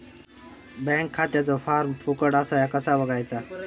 Bank खात्याचो form फुकट असा ह्या कसा बगायचा?